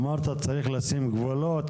אמרת צריך לשים גבולות,